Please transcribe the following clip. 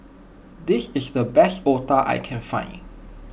this is the best Otah I can find